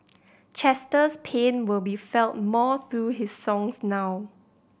Chester's pain will be felt more through his songs now